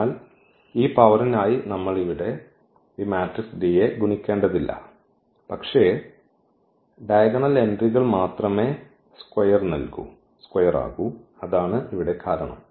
അതിനാൽ ഈ പവർനായി നമ്മൾ ഇവിടെ ഈ മാട്രിക്സ് D യെ ഗുണിക്കേണ്ടതില്ല പക്ഷേ ഡയഗണൽ എൻട്രികൾ മാത്രമേ സ്ക്വയർ ആകൂ അതാണ് ഇവിടെ കാരണം